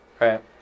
Right